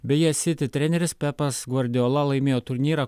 beje city treneris pepas gvardiola laimėjo turnyrą